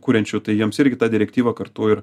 kuriančių tai jiems irgi ta direktyva kartu ir